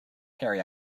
harry